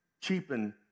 cheapen